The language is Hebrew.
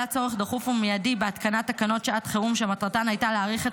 עלה צורך דחוף ומיידי בהתקנת תקנות שעת חירום שמטרתן הייתה להאריך את